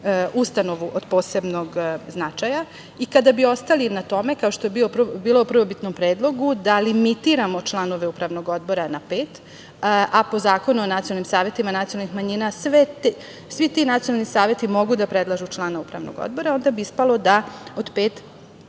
ustanovu od posebnog značaja i kada bi ostali na tome, kao što je bilo u prvobitnom predlogu, da limitiramo članove upravnog odbora na pet, a po Zakonu o nacionalnim savetima nacionalnih manjina svi ti nacionalni saveti mogu da predlažu člana upravnog odbora, onda bi ispalo da od pet